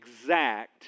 exact